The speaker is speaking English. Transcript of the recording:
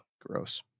Gross